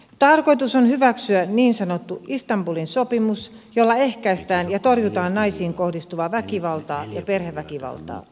tarkoitus on hyväksyä niin sanottu istanbulin sopimus jolla ehkäistään ja torjutaan naisiin kohdistuvaa väkivaltaa ja perheväkivaltaa